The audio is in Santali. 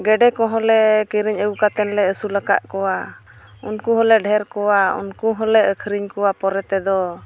ᱜᱮᱰᱮ ᱠᱚᱦᱚᱸᱞᱮ ᱠᱤᱨᱤᱧ ᱟᱹᱜᱩ ᱠᱟᱛᱮᱫ ᱞᱮ ᱟᱹᱥᱩᱞ ᱟᱠᱟᱫ ᱠᱚᱣᱟ ᱩᱱᱠᱩ ᱦᱚᱸᱞᱮ ᱰᱷᱮᱨ ᱠᱚᱣᱟ ᱩᱱᱠᱩ ᱦᱚᱸᱞᱮ ᱟᱹᱠᱷᱨᱤᱧ ᱠᱚᱣᱟ ᱯᱚᱨᱮ ᱛᱮᱫᱚ